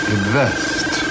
Invest